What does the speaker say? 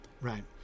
right